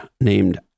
named